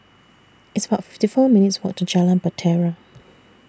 It's about fifty four minutes' Walk to Jalan Bahtera